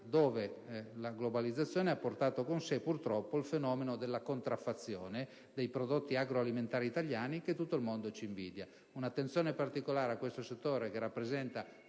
dove la globalizzazione ha portato con sé, purtroppo, il fenomeno della contraffazione dei prodotti agroalimentari italiani che tutto il mondo ci invidia. Credo sia opportuno porre un'attenzione particolare a questo settore, che rappresenta